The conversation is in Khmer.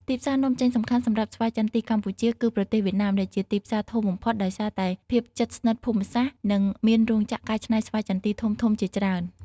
ទីផ្សារនាំចេញសំខាន់សម្រាប់ស្វាយចន្ទីកម្ពុជា គឺប្រទេសវៀតណាម ដែលជាទីផ្សារធំបំផុត ដោយសារតែភាពជិតស្និទ្ធភូមិសាស្ត្រ និងមានរោងចក្រកែច្នៃស្វាយចន្ទីធំៗជាច្រើន។